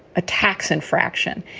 a tax infraction.